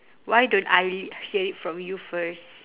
why don't I hear it from you first